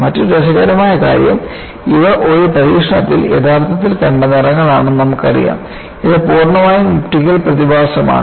മറ്റൊരു രസകരമായ കാര്യം ഇവ ഒരു പരീക്ഷണത്തിൽ യഥാർത്ഥത്തിൽ കണ്ട നിറങ്ങളാണെന്ന് നമ്മൾക്കറിയാം ഇത് പൂർണ്ണമായും ഒപ്റ്റിക്കൽ പ്രതിഭാസമാണ്